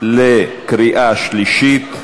אנחנו עוברים לקריאה שלישית.